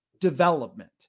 development